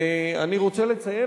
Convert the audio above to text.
אני רוצה לציין,